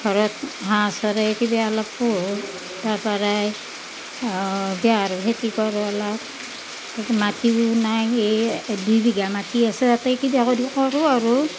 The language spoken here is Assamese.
ঘৰত হাঁহ চৰাই কিবা অলপ পোহোঁ তাৰ পৰাই বেহাৰৰ খেতি কৰোঁ অলপ মাটিও নাই এই দুই বিঘা মাটি আছে তাতেই কিবা কৰি কৰোঁ আৰু